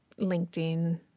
LinkedIn